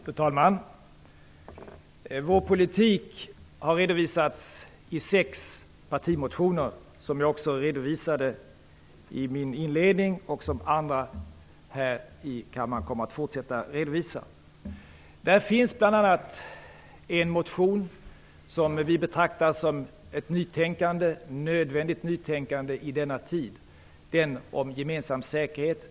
Fru talman! Vår politik har redovisats i sex partimotioner. Det redogjorde jag också för i min inledning, och andra här i kammaren kommer att tala om dem i fortsättningen. Det finns bl.a. en motion som vi betraktar som ett nödvändigt nytänkande i denna tid, nämligen motionen om gemensam säkerhet.